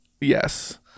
Yes